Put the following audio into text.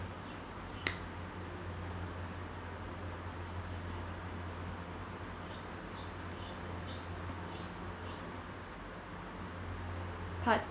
part